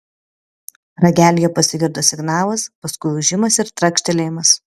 ragelyje pasigirdo signalas paskui ūžimas ir trakštelėjimas